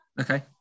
Okay